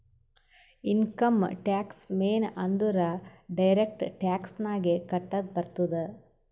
income tax ಮೇನ್ ಅಂದುರ್ direct tax ನಾಗೆ ಕಟ್ಟದ್ ಬರ್ತುದ್